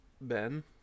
Ben